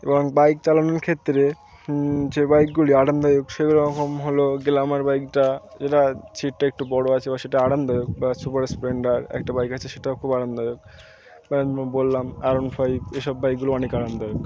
এবং বাইক চালানোর ক্ষেত্রে যে বাইকগুলি আরামদায়ক সেই রকম হল গ্ল্যামার বাইকটা যেটা সিটটা একটু বড় আছে বা সেটা আরামদায়ক বা সুপার স্প্লেন্ডার একটা বাইক আছে সেটাও খুব আরামদায়ক বললাম আর অন ফাইভ এ সব বাইকগুলো অনেক আরামদায়ক